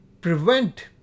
prevent